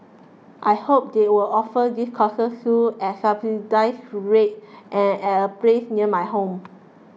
I hope they will offer these courses soon at subsidised rates and at a place near my home